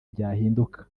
byahinduka